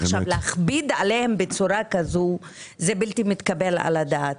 עכשיו להכביד עליהם בצורה כזו זה בלתי מתקבל על הדעת.